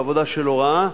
בעבודה של הוראה,